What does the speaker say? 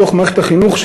בתוך מערכת החינוך,